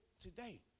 today